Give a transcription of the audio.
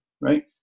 right